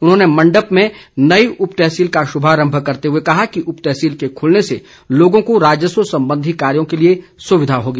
उन्होंने मंडप में नई उप तहसील का शुभारम्भ करते हुए कहा कि उपतहसील के खुलने से लोगों को राजस्व संबंधी कार्यो के लिए सुविधा होगी